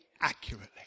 accurately